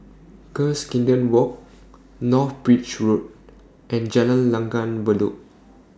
Cuscaden Walk North Bridge Road and Jalan Langgar Bedok